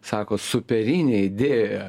sako superinė idėja